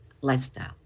lifestyle